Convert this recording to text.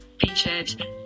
featured